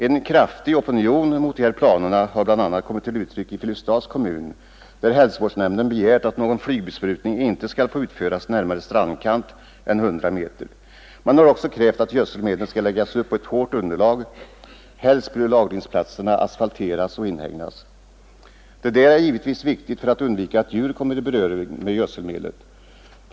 En kraftig opinion mot de här planerna har kommit till uttryck bl.a. i Filipstads kommun, där hälsovårdsnämnden begärt att någon flygbesprutning inte skall få utföras närmare strandkanten än 100 meter. Man har också krävt att gödselmedeln skall läggas upp på ett hårt underlag. Helst bör lagringsplatserna asfalteras och inhägnas. Detta är givetvis viktigt för att undvika att djur kommer i beröring med gödselmedlet.